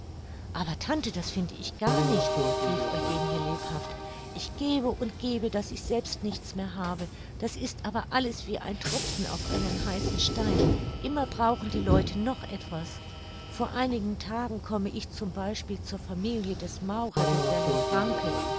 aber tante das finde ich gar nicht rief eugenie lebhaft ich gebe und gebe daß ich selbst nichts mehr habe das ist aber alles wie ein tropfen auf einen heißen stein immer brauchen die leute noch etwas vor einigen tagen komme ich z b zur familie des maurergesellen franke